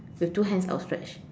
with two hands outstretched